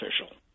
official